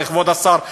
כבוד השר,